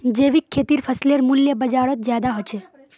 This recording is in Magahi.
जैविक खेतीर फसलेर मूल्य बजारोत ज्यादा होचे